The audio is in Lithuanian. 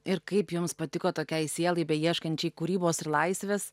ir kaip jums patiko tokiai sielai beieškančiai kūrybos ir laisvės